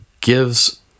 gives